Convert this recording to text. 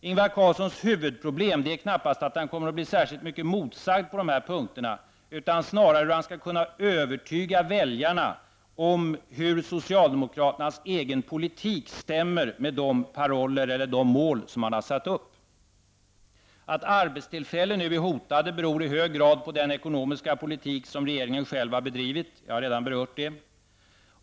Ingvar Carlssons huvudproblem är knappast att han kommer att bli särskilt mycket motsagd på dessa punkter utan snarare hur han skall kunna övertyga väljarna om att socialdemokraternas egen politik stämmer med parollerna och de mål som man har satt upp. Att arbetstillfällen nu är hotade beror i hög grad på den ekonomiska politik som regeringen själv har bedrivit. Jag har redan berört detta.